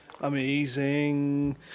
Amazing